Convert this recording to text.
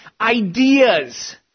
ideas